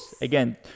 Again